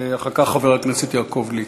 אחר כך, חבר הכנסת יעקב ליצמן.